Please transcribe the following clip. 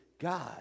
God